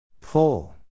Pull